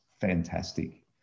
fantastic